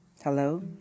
Hello